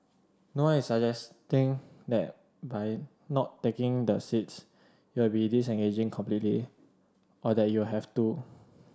no one is suggesting that by not taking the seats you'll be disengaging completely or that you have to